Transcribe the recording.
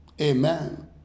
Amen